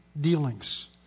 dealings